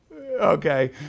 Okay